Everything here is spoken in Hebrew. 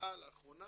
התחבא לאחרונה